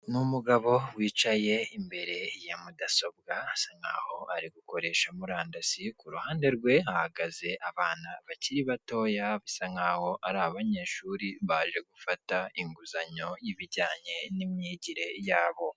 Ni umugabo wicaye imbere ya mudasobwa asa nk'aho ari gukoresha murandasi ku ruhande rwe hagaze abana bakiri batoya bisa nk'aho ari abanyeshuri baje gufata inguzanyo y’ibijyanye n'imyigire yabo.